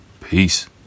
Peace